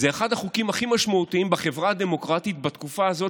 זה אחד החוקים הכי משמעותיים בחברה הדמוקרטית בתקופה הזאת,